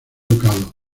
ducado